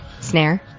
Snare